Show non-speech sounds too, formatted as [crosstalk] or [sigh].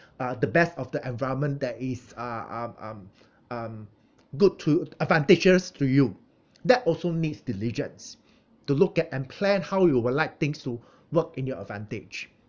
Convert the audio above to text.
uh the best of the environment that is uh um um [breath] um good to advantageous to you that also needs diligence to look at and plan how you would like things to work in your advantage